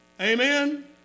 Amen